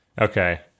okay